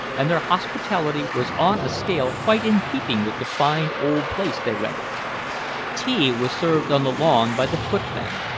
and their hospitality was on a scale quite in keeping with the fine old place they rented. tea was served on the lawn by the footmen,